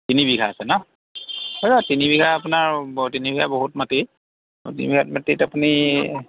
তিনিবিঘা আছে ন' হেৰৌ তিনিবিঘা আপোনাৰ তিনিবিঘা বহুত মাটি তিনিবিঘা মাটিত আপুনি